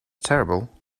terrible